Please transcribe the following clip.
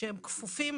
שהם כפופים,